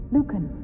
Lucan